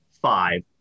five